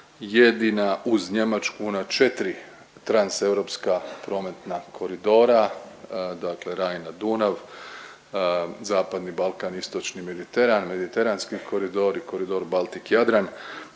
jedina uz Njemačku na 4 transeuropska prometna koridora, dakle Rajna-Dunav, Zapadni Balkan – Istočni Mediteran, Mediteranski koridor i Koridor Baltik – Jadran